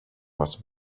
must